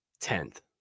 Tenth